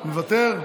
מוותר?